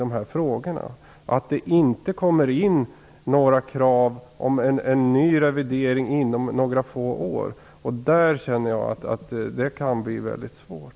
Det är viktigt att det inte kommer in några krav om en ny revidering inom några få år. Jag tror att det kan bli mycket svårt.